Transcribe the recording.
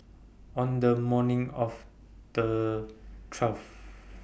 on The morning of The twelfth